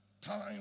Time